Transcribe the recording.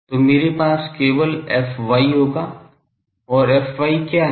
तो मेरे पास केवल fy होगा और fy क्या है